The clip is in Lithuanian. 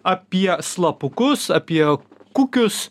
apie slapukus apie kukius